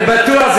אני בטוח.